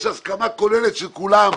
יש הסכמה כוללת של כולם.